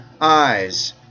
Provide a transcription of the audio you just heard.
eyes